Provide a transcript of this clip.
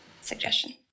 suggestion